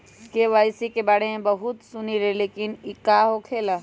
KYC के बारे में हम बहुत सुनीले लेकिन इ का होखेला?